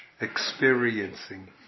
experiencing